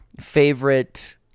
favorite